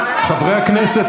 חברי הכנסת,